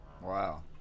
Wow